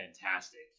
fantastic